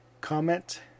comment